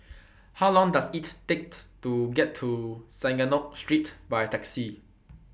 How Long Does IT Take to get to Synagogue Street By Taxi